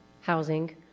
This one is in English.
housing